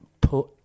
put